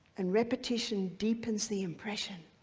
and repetition deepens the impression.